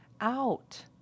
out